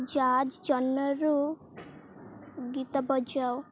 jazz ଜନର୍ରୁ ଗୀତ ବଜାଅ